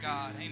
God